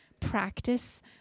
practice